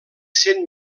cent